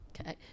Okay